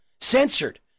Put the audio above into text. censored